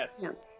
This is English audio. yes